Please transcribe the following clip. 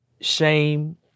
Shame